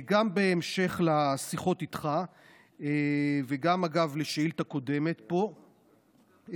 גם בהמשך לשיחות איתך וגם בשאילתה קודמת פה,